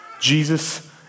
Jesus